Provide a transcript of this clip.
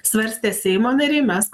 svarstė seimo nariai mes